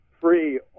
free